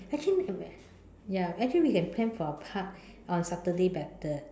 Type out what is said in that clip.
actually make and rest ya actually we can plan for a Park on Saturday better